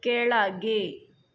ಕೆಳಗೆ